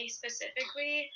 specifically